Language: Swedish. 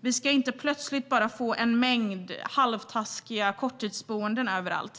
Vi ska inte plötsligt få en mängd halvtaskiga korttidsboenden överallt.